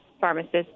pharmacists